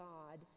God